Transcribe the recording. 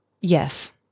Yes